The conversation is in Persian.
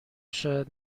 شاید